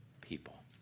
people